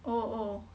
oh oh